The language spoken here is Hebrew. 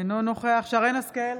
אינו נוכח שרן מרים השכל,